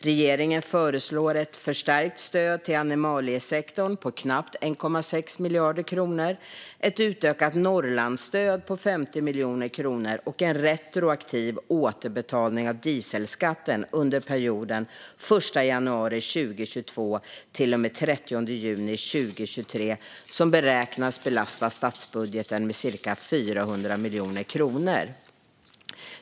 Regeringen föreslår ett förstärkt stöd till animaliesektorn på knappt 1,6 miljarder kronor, ett utökat Norrlandsstöd på 50 miljoner kronor och en retroaktiv återbetalning av dieselskatten under perioden 1 januari 2022-30 juni 2023 som beräknas belasta statsbudgeten med cirka 400 miljoner kronor.